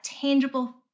tangible